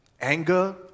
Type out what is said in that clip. Anger